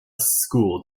school